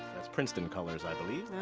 that's princeton colors, i believe.